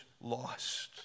lost